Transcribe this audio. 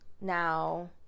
now